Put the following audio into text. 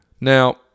Now